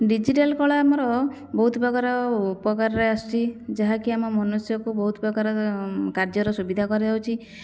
digital କଳା ଆମର ବହୁତ ପ୍ରକାର ଉପକାରରେ ଆସୁଛି ଯାହାକି ଆମ ମନୁଷ୍ୟକୁ ବହୁତ ପ୍ରକାର କାର୍ଯ୍ୟର ସୁବିଧା କରାଯାଉଛି